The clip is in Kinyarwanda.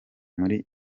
muri